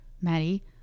Maddie